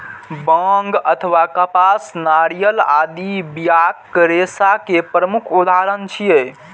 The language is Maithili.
बांग अथवा कपास, नारियल आदि बियाक रेशा के प्रमुख उदाहरण छियै